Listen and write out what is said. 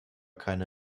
keine